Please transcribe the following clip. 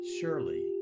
Surely